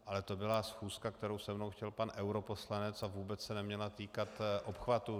Ale to byla schůzka, kterou se mnou chtěl pan europoslanec, a vůbec se neměla týkat obchvatů.